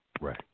Right